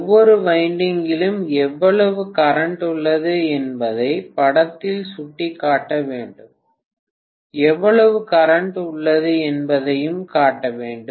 ஒவ்வொரு வைண்டிங்யிலும் எவ்வளவு கரண்ட் உள்ளது என்பதை படத்தில் சுட்டி காட்ட வேண்டும் எவ்வளவு கரண்ட் உள்ளது என்பதையும் காட்ட வேண்டும்